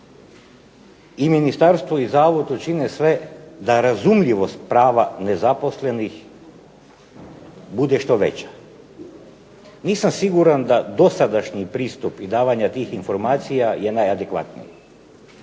i ministarstvo i zavod učine sve da razumljivost prava nezaposlenih bude što veća. Nisam siguran da dosadašnji pristup i davanja tih informacija je najadekvatnije.